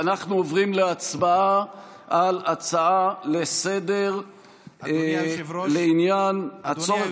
אנחנו עוברים להצבעה על הצעה לסדר-היום לעניין הצורך